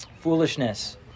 Foolishness